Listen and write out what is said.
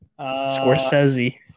Scorsese